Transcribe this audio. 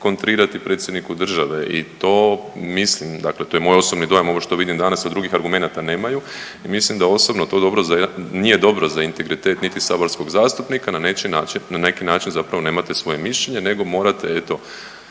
kontrirati predsjedniku države. I to mislim, dakle to je moj osobni dojam ovo što vidim danas, a drugih argumenata nemaju i mislim da osobno to dobro, nije dobro za integritet niti saborskog zastupnika na neći način, na neki način zapravo nemate svoje mišljenje nego morate eto